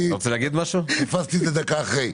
אני תפסתי את זה דקה אחרי.